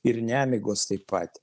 ir nemigos taip pat